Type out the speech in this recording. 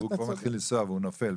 הוא כבר מתחיל לנסוע, והוא נופל.